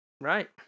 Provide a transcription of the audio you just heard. Right